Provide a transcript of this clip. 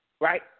right